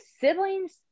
siblings